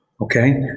Okay